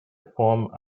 form